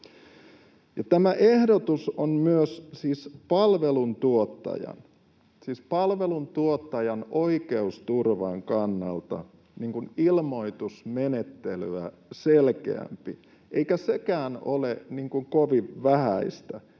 Tämä ehdotus on myös siis palveluntuottajan oikeusturvan kannalta ilmoitusmenettelyä selkeämpi, eikä sekään ole kovin vähäistä,